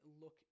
look